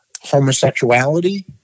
Homosexuality